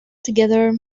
together